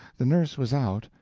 the nurse was out,